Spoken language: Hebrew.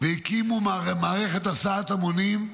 והקימו מערכת הסעת המונים,